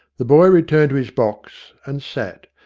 the boy returned to his box, and sat.